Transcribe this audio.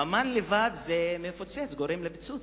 מימן לבד גורם לפיצוץ,